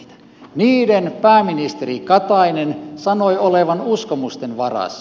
niiden pääministeri katainen sanoi olevan uskomusten varassa